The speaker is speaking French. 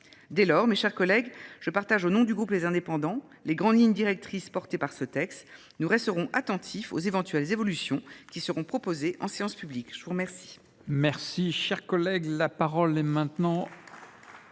Dès lors, mes chers collègues, je partage au nom de mon groupe les grandes lignes directrices de ce texte. Nous resterons attentifs aux éventuelles évolutions qui seront proposées en séance publique. La parole